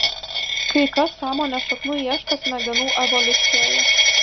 kai kas sąmonės šaknų ieško smegenų evoliucijoje